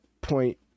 point